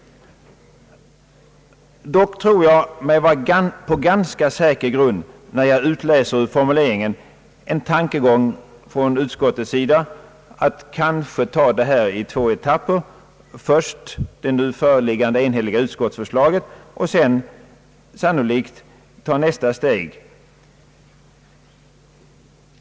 Dock tror jag mig stå på ganska säker grund, när jag ur utskottets formulering utläser en tankegång att behandla frågan i två etapper: först få igenom det föreliggande enhälliga utskottsförslaget och sedan — sannolikt — ta nästa steg.